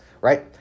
right